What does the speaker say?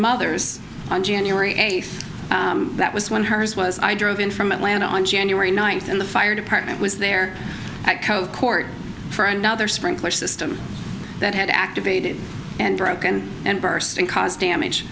mother's on january eighth that was when hers was i drove in from atlanta on january ninth and the fire department was there at cove court for another sprinkler system that had activated and broken and burst and caused damage